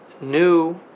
new